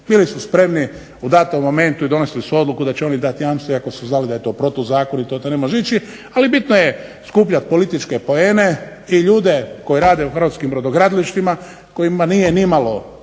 Bili su spremni u datom momentu i donosili su odluku da će oni dati jamstvo iako su znali da je to protuzakonito da to ne može ići, ali bitno je skupljati političke poene i ljude koji rade u hrvatskim brodogradilištima kojima nije nimalo